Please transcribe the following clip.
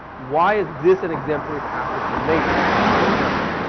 why is this an exemplary passage from nature, for example.